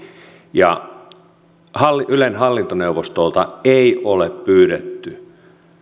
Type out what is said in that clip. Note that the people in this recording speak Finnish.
ja ylen hallintoneuvostolta ei ole pyydetty